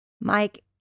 Mike